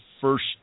first